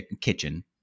kitchen